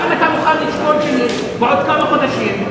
האם אתה מוכן לשקול שבעוד כמה חודשים,